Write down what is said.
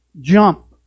jump